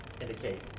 indicate